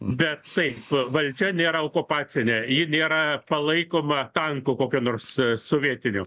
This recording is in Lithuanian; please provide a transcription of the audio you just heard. bet taip valdžia nėra okupacinė ji nėra palaikoma tankų kokio nors sovietinio